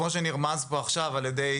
כמו שנרמז פה עכשיו על ידי